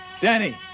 Danny